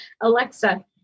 Alexa